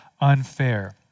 unfair